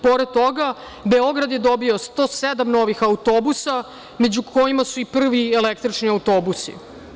Pored toga, Beograd je dobio 107 novih autobusa, među kojima su prvi električni autobusi.